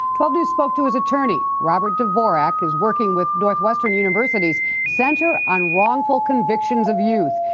twelve news spoke to his attorney. robert dvorak is working with northwestern university's center on wrongful convictions of youth.